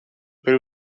per